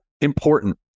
important